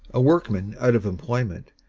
a workman out of employment,